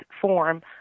form